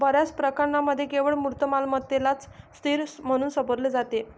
बर्याच प्रकरणांमध्ये केवळ मूर्त मालमत्तेलाच स्थिर म्हणून संबोधले जाते